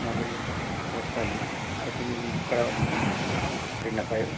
ᱱᱚᱣᱟ ᱵᱤᱱ ᱵᱮᱵᱚᱥᱛᱷᱟ ᱟᱞᱤᱧᱟ ᱟᱨ ᱵᱤᱱ ᱠᱚᱨᱟᱣ ᱟᱹᱞᱤᱧᱟ ᱟᱹᱰᱤ ᱱᱟᱯᱟᱭᱚᱜᱼᱟ